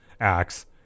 acts